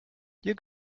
hier